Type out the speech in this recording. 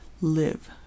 live